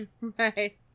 Right